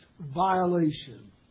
violation